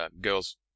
girls